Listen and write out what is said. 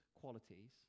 qualities